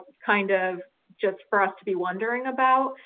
kind of just for us to be wondering about.